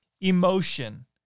Emotion